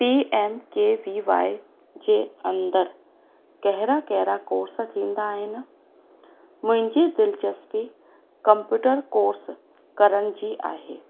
P M K V Y जे अंदरि कहिड़ा कहिड़ा कोर्स थींदा आहिनि मुंहिंजी दिलिचस्पी कंप्यूटर कोर्स करण जी आहे